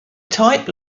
type